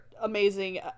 Amazing